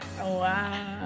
wow